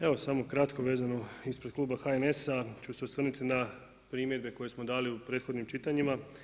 Evo samo kratko vezano ispred kluba HNS-a ću se osvrnuti na primjedbe koje smo dali u prethodnim čitanjima.